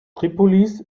tripolis